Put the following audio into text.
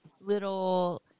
little